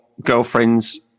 girlfriend's